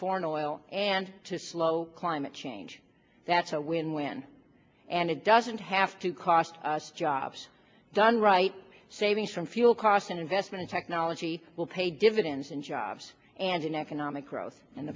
foreign oil and to slow climate change that's a win win and it doesn't have to cost us jobs done right savings from fuel cost in investment technology will pay dividends in jobs and in economic growth and